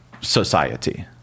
society